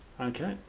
Okay